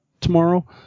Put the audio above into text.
tomorrow